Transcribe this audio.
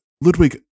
Ludwig